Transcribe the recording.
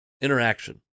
interaction